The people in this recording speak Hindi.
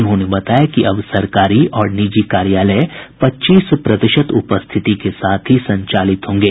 उन्होंने बताया कि अब सरकारी और निजी कार्यालय पच्चीस प्रतिशत उपस्थिति के साथ ही संचालित होंगे